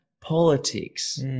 politics